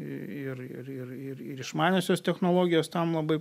ir ir ir ir išmaniosios technologijos tam labai